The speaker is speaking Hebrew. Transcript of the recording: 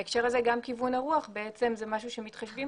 בהקשר הזה גם כיוון הרוח זה משהו שמתחשבים